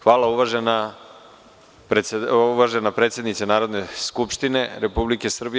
Hvala, uvažena predsednice Narodne skupštine Republike Srbije.